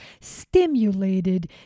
stimulated